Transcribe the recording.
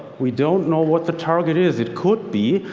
we don't know what the target is. it could be,